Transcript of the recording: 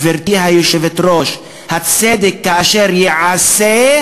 גברתי היושבת-ראש, הצדק, כאשר ייעשה,